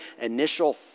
initial